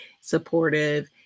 supportive